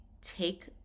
take